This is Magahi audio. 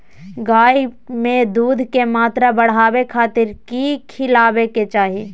गाय में दूध के मात्रा बढ़ावे खातिर कि खिलावे के चाही?